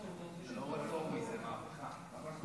זה לא רפורמי, זו מהפכה.